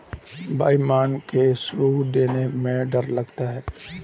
बेईमान लोग को ऋण देने में डर लगता है